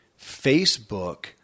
Facebook